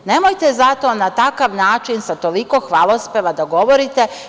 Zato nemojte na takav način, sa toliko hvalospeva, da govorite.